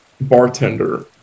bartender